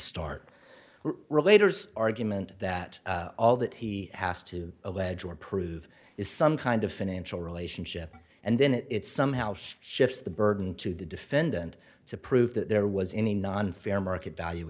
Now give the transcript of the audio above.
start related argument that all that he has to allege or prove is some kind of financial relationship and then it somehow she shifts the burden to the defendant to prove that there was any non fair market value